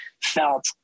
felt